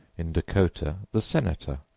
in dakota, the senator,